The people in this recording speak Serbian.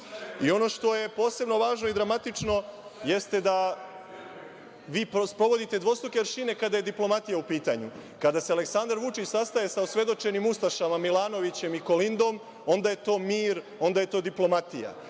što je posebno važno i dramatično, jeste da vi sprovodite dvostruke aršine kada je diplomatija u pitanju. Kada se Aleksandar Vučić sastaje sa osvedočenim ustašama, Milanovićem i Kolindom, onda je to mir, onda je to diplomatija.